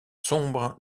sombre